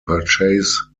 purchase